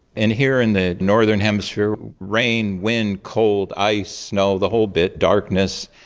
and here in the northern hemisphere, rain, wind, cold, ice, snow, the whole bit, darkness,